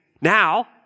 Now